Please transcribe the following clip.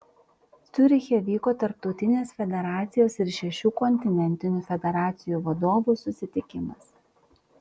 ciuriche vyko tarptautinės federacijos ir šešių kontinentinių federacijų vadovų susitikimas